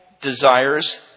desires